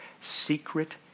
secret